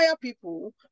people